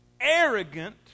arrogant